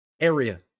area